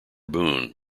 boone